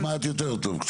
היא נשמעת קצת יותר טוב.